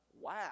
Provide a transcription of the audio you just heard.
Wow